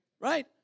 Right